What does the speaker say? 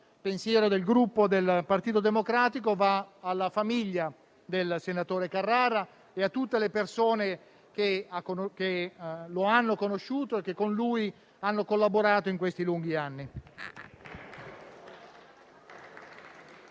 pensiero del Gruppo Partito Democratico va alla famiglia del senatore Carrara e a tutte le persone che lo hanno conosciuto e che con lui hanno collaborato in questi lunghi anni.